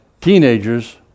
teenagers